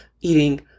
eating